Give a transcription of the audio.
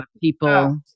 people